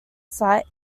site